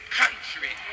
country